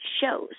shows